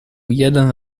jeden